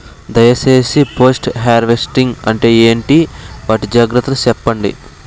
దయ సేసి post harvesting అంటే ఏంటి? వాటి జాగ్రత్తలు సెప్పండి?